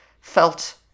felt